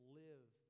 live